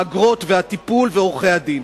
האגרות והטיפול ועורכי-הדין.